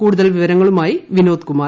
കൂടുതൽ വിവരങ്ങളുമായി വിനോദ് കുമാർ